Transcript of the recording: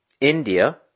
India